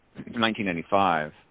1995